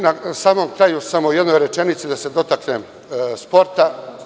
Na samom kraju u samo jednoj rečenici da se dotaknem sporta.